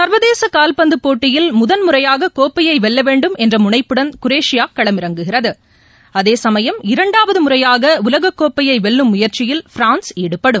சர்வதேசகால்பந்துபோட்டியில் முதன்முறையாககோப்பையைவெல்லவேண்டும் என்றமுனைப்புடன் குரேஷியாகளம் இறங்குகிறது அதேசமயம் இரண்டாவதுமுறையாகஉலகக்கோப்பையைவெல்லும் முயற்சியில் பிரான்ஸ் ஈடுபடும்